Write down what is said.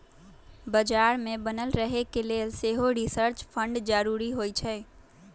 बजार में बनल रहे के लेल सेहो रिसर्च फंड के जरूरी होइ छै